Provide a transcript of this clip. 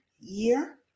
year